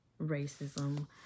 racism